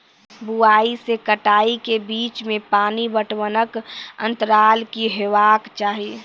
बुआई से कटाई के बीच मे पानि पटबनक अन्तराल की हेबाक चाही?